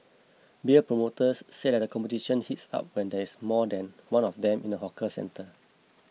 beer promoters say that the competition heats up when there is more than one of them in the hawker centre